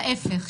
להפך.